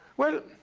well,